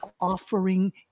offering